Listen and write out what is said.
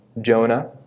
Jonah